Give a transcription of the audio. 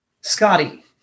Scotty